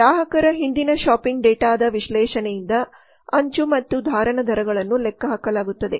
ಗ್ರಾಹಕರ ಹಿಂದಿನ ಶಾಪಿಂಗ್ ಡೇಟಾದ ವಿಶ್ಲೇಷಣೆಯಿಂದ ಅಂಚು ಮತ್ತು ಧಾರಣ ದರಗಳನ್ನು ಲೆಕ್ಕಹಾಕಲಾಗುತ್ತದೆ